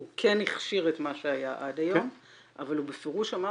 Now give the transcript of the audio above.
הוא כן הכשיר את מה שהיה עד היום אבל הוא בפירוש אמר